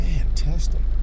Fantastic